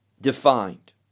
defined